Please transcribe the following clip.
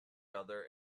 other